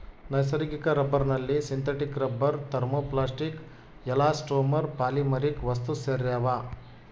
ನೈಸರ್ಗಿಕ ರಬ್ಬರ್ನಲ್ಲಿ synthetic rubber thermoplastic elastomer polymeric ವಸ್ತುಸೇರ್ಯಾವ